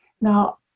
Now